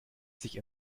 sich